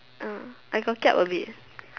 uh I got kiap a bit